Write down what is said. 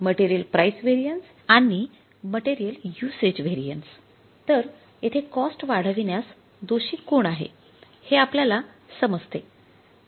material price variance आणि material usage variance तर येथे कॉस्ट वाढविण्यास दोषी कोण आहे हे आपल्याला समजते